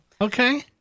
Okay